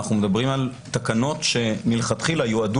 אנחנו מדברים על תקנות שמלכתחילה יועדו